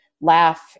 laugh